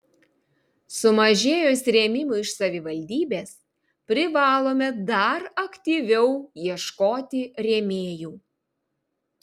sumažėjus rėmimui iš savivaldybės privalome dar aktyviau ieškoti rėmėjų